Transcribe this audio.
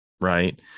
right